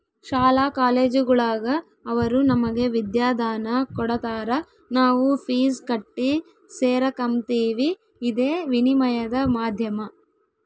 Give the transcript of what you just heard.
ಶಾಲಾ ಕಾಲೇಜುಗುಳಾಗ ಅವರು ನಮಗೆ ವಿದ್ಯಾದಾನ ಕೊಡತಾರ ನಾವು ಫೀಸ್ ಕಟ್ಟಿ ಸೇರಕಂಬ್ತೀವಿ ಇದೇ ವಿನಿಮಯದ ಮಾಧ್ಯಮ